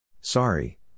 Sorry